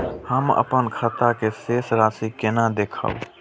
हम अपन खाता के शेष राशि केना देखब?